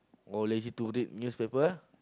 or lazy to read newspaper